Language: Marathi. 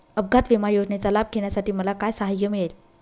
अपघात विमा योजनेचा लाभ घेण्यासाठी मला काय सहाय्य मिळेल?